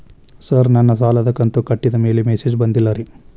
sir ನನ್ನ ಸಾಲದ ಕಂತು ಕಟ್ಟಿದಮೇಲೆ ಮೆಸೇಜ್ ಬಂದಿಲ್ಲ ರೇ